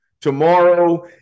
Tomorrow